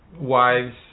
wives